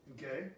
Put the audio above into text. Okay